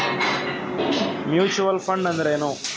Mutual fund ಅಂದ್ರೆನ್ರಿ?